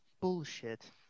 Bullshit